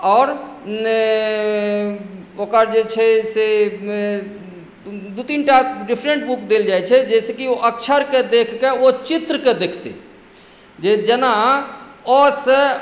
आओर ओकर जे छै से दू तीन टा डिफरेंट बुक देल जाइ छै जाहि से कि ओ अक्षर के देख कऽ ओ चित्र के देखतै जे जेना अ सऽ